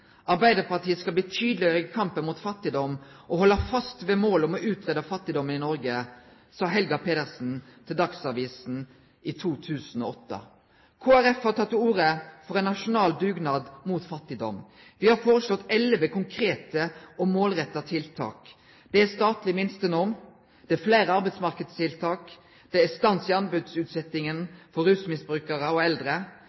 Arbeidarpartiet skal bli tydelegare i kampen mot fattigdom og halde fast ved målet om å utrydde fattigdomen i Noreg, sa Helga Pedersen til Dagsavisen i 2008. Kristeleg Folkeparti har teke til orde for ein nasjonal dugnad mot fattigdom. Me har foreslått elleve konkrete og målretta tiltak. Det er statleg minstenorm, det er fleire arbeidsmarknadstiltak, det er stans i